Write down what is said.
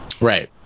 Right